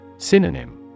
Synonym